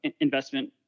investment